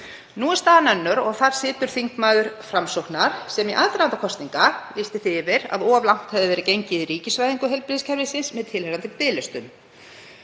Nú er staðan önnur og þar situr þingmaður Framsóknar sem í aðdraganda kosninga lýsti því yfir að of langt hefði verið gengið í ríkisvæðingu heilbrigðiskerfisins með tilheyrandi biðlistum.